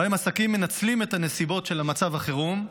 שבהם עסקים מנצלים את הנסיבות של מצב החירום,